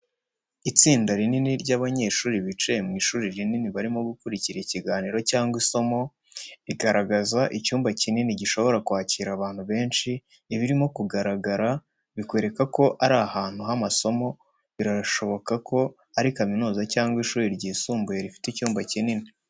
Itsinda rinini ry'abanyeshuri bicaye mu ishuri rinini barimo gukurikira ikiganiro cyangwa isomo. Igaragaza icyumba kinini gishobora kwakira abantu benshi. Ibirimo kugaragara bikwereka ko ari ahantu h’amasomo birashoboka ko ari kaminuza cyangwa ishuri ryisumbuye rifite icyumba kinini.